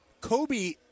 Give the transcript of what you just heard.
Kobe